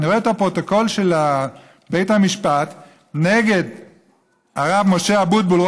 אני רואה את הפרוטוקול של בית המשפט נגד הרב משה אבוטבול,